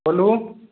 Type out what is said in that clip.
बोलू